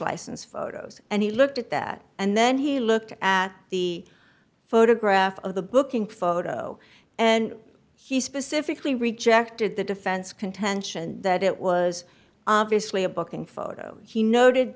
license photos and he looked at that and then he looked at the photograph of the booking photo and he specifically rejected the defense contention that it was obviously a booking photo he noted